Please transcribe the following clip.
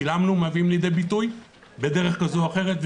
מביאים לידי ביטוי כל מה ששילמנו בדרך כזו או אחרת,